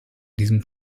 diesem